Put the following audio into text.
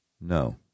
No